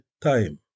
time